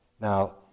Now